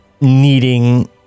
needing